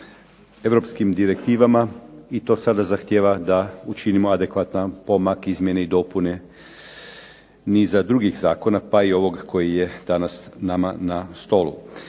europskim direktivama i to sada zahtjeva da učinimo adekvatan pomak izmjene i dopune niza drugih zakona, pa i ovog koji je danas nama na stolu.